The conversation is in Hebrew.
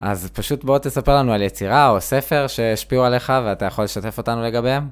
אז פשוט בוא תספר לנו על יצירה או ספר שהשפיעו עליך ואתה יכול לשתף אותנו לגביהם.